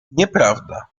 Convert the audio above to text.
nieprawda